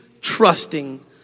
trusting